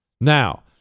Now